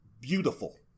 beautiful